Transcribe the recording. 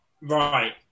Right